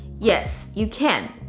yes, you can,